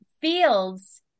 fields